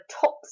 tops